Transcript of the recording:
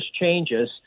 changes